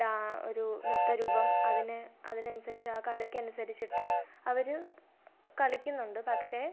ആ ഒരു നൃത്തരൂപം അതിന് അതിനനുസരിച്ച് ആ കഥക്കനുസരിച്ചിട്ട് അവർ കളിക്കുന്നുണ്ട് പക്ഷെ